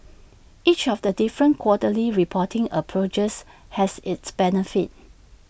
each of the different quarterly reporting approaches has its benefits